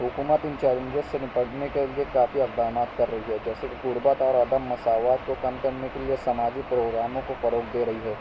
حکومت ان چیلنجس سے نپٹنے کے لیے کافی اقدامات کر رہی ہے جیسے کہ غربت اور عدم مساوات کو كم کرنے کے لیے سماجی پروگراموں کو فروغ دے رہی ہے